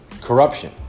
corruption